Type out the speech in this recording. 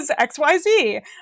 xyz